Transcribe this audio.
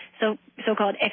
so-called